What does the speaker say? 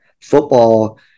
football